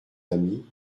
amis